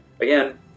Again